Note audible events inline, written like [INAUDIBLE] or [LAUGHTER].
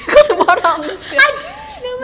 [LAUGHS] ada nama